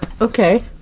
Okay